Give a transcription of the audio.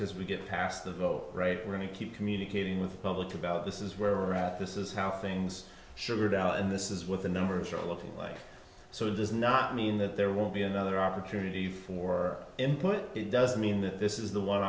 because we get past the vote right we're going to keep communicating with the public about this is where we're at this is how things should read out and this is what the numbers are looking like so it does not mean that there won't be another opportunity for input it doesn't mean that this is the one